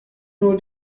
nur